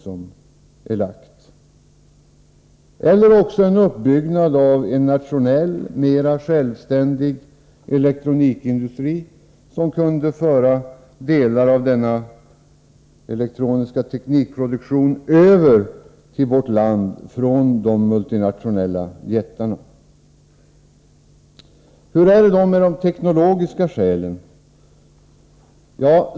Arbetstillfällen skulle också skapas genom uppbyggnad av en nationellt mer självständig elektronikindustri, som kunde föra delar av den elektroniska teknikproduktionen över till vårt land från de multinationella jättarna. Hur är det med de teknologiska skälen?